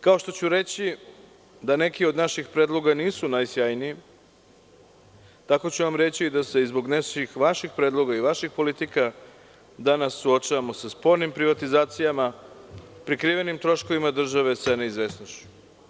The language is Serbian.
Kao što ću reći da neki od naših predloga nisu najsjajniji, tako ću vam reći da se i zbog nekih vaših predloga i vaših politika danas suočavamo sa spornim privatizacijama, prikrivenim troškovima države, sa neizvesnošću.